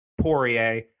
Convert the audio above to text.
Poirier